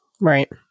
Right